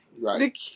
Right